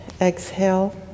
exhale